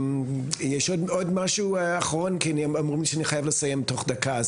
יש עוד משהו, כי אומרים שאני חייב לסיים תוך דקה?